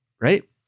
right